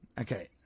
Okay